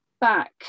back